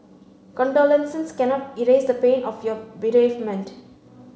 condolences cannot erase the pain of your bereavement